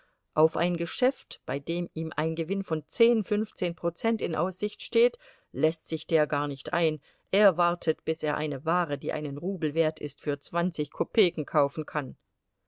auf ein geschäft bei dem ihm ein gewinn von zehn fünfzehn prozent in aussicht steht läßt sich der gar nicht ein er wartet bis er eine ware die einen rubel wert ist für zwanzig kopeken kaufen kann